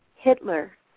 Hitler